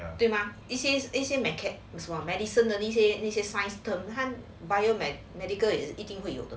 对 mah is is is you make it was while medicine 的那些那些 science bio med medical 的